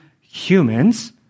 humans